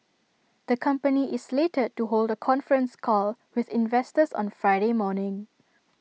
the company is slated to hold A conference call with investors on Friday morning